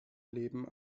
leben